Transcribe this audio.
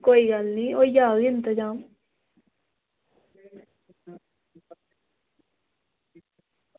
कोई गल्ल निं होई जाह्ग इंतजाम